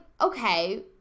okay